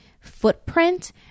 footprint